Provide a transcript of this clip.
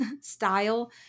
style